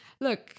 look